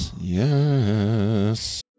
Yes